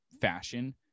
fashion